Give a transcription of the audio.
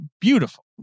beautiful